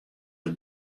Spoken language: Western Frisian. der